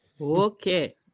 Okay